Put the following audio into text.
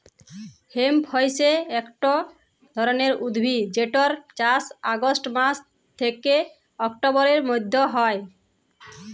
hemp হইসে একট ধরণের উদ্ভিদ যেটর চাস অগাস্ট মাস থ্যাকে অক্টোবরের মধ্য হয়